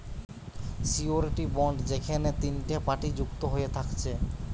surety bond যেখেনে তিনটে party যুক্ত হয়ে থাকছে